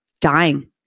dying